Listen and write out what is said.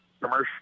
commercial